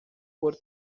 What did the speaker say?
por